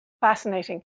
Fascinating